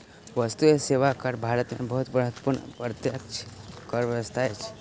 वस्तु एवं सेवा कर भारत में बहुत महत्वपूर्ण अप्रत्यक्ष कर व्यवस्था अछि